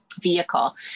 vehicle